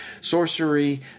sorcery